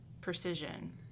precision